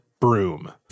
broom